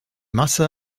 masse